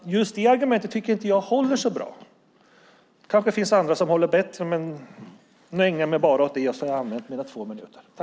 Det argumentet tycker jag inte håller så bra. Det kanske finns andra som håller bättre, men nu tar jag enbart upp detta.